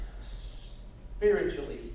spiritually